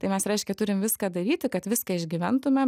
tai mes reiškia turim viską daryti kad viską išgyventumėm